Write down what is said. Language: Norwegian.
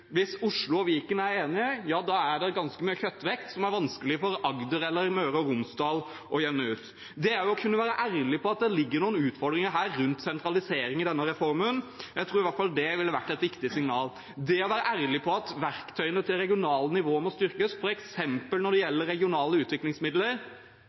Hvis Oslo og Viken er enige, er det ganske mye kjøttvekt, som er vanskelig for Agder eller Møre og Romsdal å jevne ut. Det å kunne være ærlig på at det ligger noen utfordringer rundt sentralisering i denne reformen, tror jeg i hvert fall ville vært et viktig signal. Det å være ærlig på at verktøyene til det regionale nivået må styrkes, f.eks. når det